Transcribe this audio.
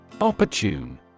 Opportune